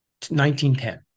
1910